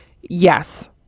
Yes